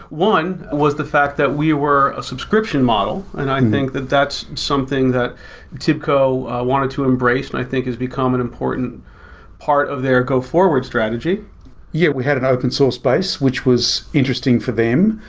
one was the fact that we were a subscription model and i think that that's something that tibco wanted to embrace and i think has become an important part of their go forward strategy yeah, we had an open source space, which was interesting for them.